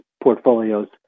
portfolios